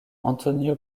antonio